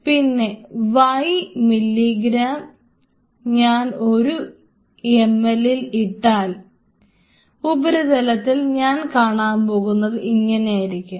പിന്നെ Y ഞാൻ ഒരു ml ൽ ഇട്ടാൽ ഉപരിതലത്തിൽ ഞാൻ കാണാൻ പോകുന്നത് ഇങ്ങനെയിരിക്കും